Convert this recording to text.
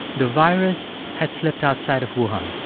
the virus had slipped outside of wuhan.